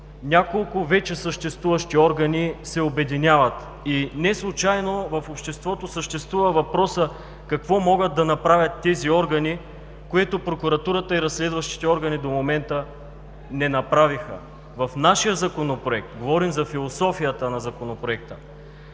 Няколко вече съществуващи органи се обединяват. Неслучайно в обществото съществува въпросът: какво могат да направят тези органи, което прокуратурата и разследващите органи до момента не направиха? В нашия Законопроект – говорим за философията на Законопроекта,